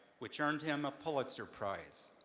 which earned him a pulitzer prize.